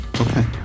Okay